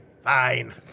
Fine